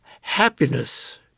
happiness